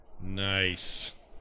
nice